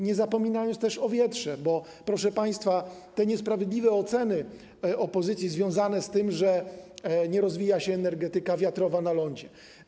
Nie zapominajmy też o wietrze, proszę państwa, bo jeżeli chodzi o niesprawiedliwe oceny opozycji związane z tym, że nie rozwija się energetyka wiatrowa na lądzie.